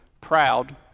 proud